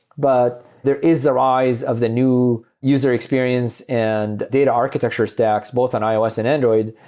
but there is the rise of the new user experience and data architecture stacks both on ios and android,